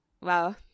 Wow